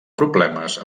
problemes